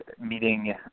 meeting